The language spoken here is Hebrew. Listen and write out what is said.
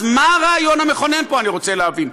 אז מה הרעיון המכונן פה, אני רוצה להבין.